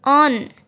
on